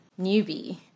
newbie